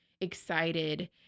excited